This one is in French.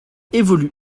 évolue